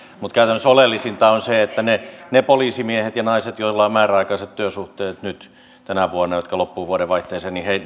mutta käytännössä oleellisinta on se että niiden poliisimiesten ja naisten työsuhteita joilla on määräaikaiset työsuhteet nyt tänä vuonna jotka loppuvat vuodenvaihteeseen